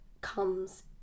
comes